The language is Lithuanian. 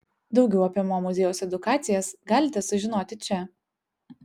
daugiau apie mo muziejaus edukacijas galite sužinoti čia